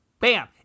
Bam